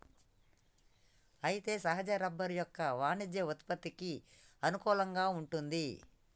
అయితే సహజ రబ్బరు యొక్క వాణిజ్య ఉత్పత్తికి అనుకూలంగా వుంటుంది